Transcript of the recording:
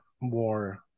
more